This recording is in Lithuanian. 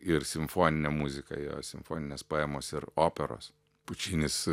ir simfoninė muzika jo simfoninės poemos ir operos pučinis